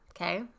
Okay